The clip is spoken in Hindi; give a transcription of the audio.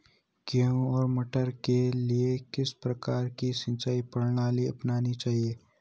गेहूँ और मटर के लिए किस प्रकार की सिंचाई प्रणाली अपनानी चाहिये?